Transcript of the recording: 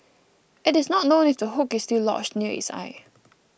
it is not known if the hook is still lodged near its eye